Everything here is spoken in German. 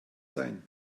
sein